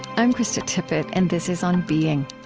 i'm krista tippett, and this is on being.